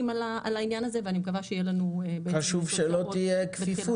על הענין הזה ואני מקווה שיהיה לנו --- חשוב שלא תהיה כפיפות